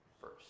first